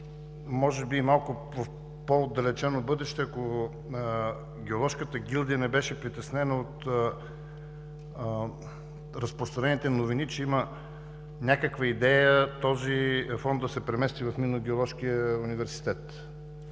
може би в малко по-отдалечено бъдеще, ако геоложката гилдия не беше притеснена от разпространените новини, че има някаква идея този фонд да се премести в Минно-геоложкия университет.